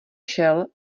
šel